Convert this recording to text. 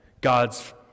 God's